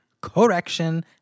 correction